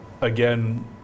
again